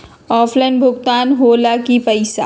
Offline भुगतान हो ला कि पईसा?